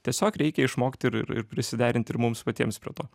tiesiog reikia išmokt ir ir prisiderint ir mums patiems prie to